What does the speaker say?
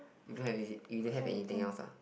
you don't have is it you don't have anything else ah